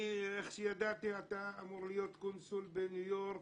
איך שידעתי אתה אמור להיות קונסול בניו יורק